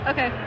Okay